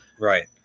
Right